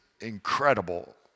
incredible